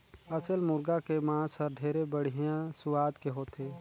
असेल मुरगा के मांस हर ढेरे बड़िहा सुवाद के होथे